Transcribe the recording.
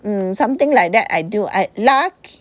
mm something like that I do I lucky